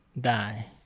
die